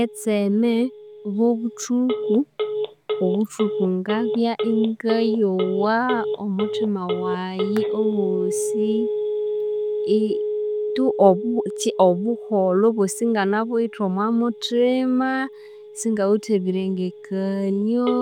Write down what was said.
Etseme bw'obuthuku, obuthuku ngabya ingayowa omuthima wayi owosi tu obuki obuholho obw'osi inganabuwithe omwa muthima, isingawithe ebirengekanio,